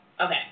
Okay